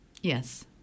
Yes